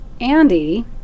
Andy